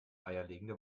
eierlegende